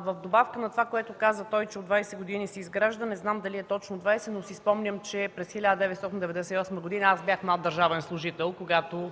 В добавка на това, което каза той, че от 20 години се изгражда, не знам дали е точно 20, но си спомням, че през 1998 г. аз бях млад държавен служител, когато